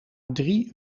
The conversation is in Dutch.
drie